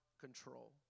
control